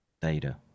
data